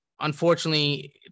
Unfortunately